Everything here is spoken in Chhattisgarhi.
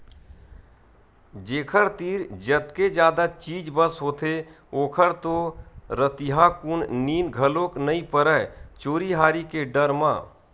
जेखर तीर जतके जादा चीज बस होथे ओखर तो रतिहाकुन नींद घलोक नइ परय चोरी हारी के डर म